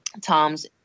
Tom's